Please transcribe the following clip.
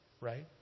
Right